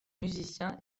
musicien